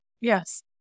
Yes